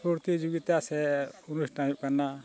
ᱯᱨᱚᱛᱤ ᱡᱳᱜᱤᱛᱟ ᱥᱮ ᱚᱱᱩᱥᱴᱷᱟᱱ ᱦᱩᱭᱩᱜ ᱠᱟᱱᱟ